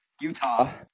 Utah